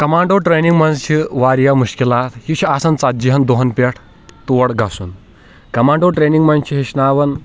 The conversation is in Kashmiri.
کَمانٛڈو ٹرٛینِنٛگ منٛز چھِ واریاہ مُشکِلات یہِ چھِ آسان ژَتجیہَن دۄہَن پٮ۪ٹھ تور گَژُھن کَمانٛڈو ٹرٛینِنٛگ منٛز چھِ ہیچناوان